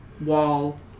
wall